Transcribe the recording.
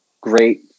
great